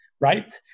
Right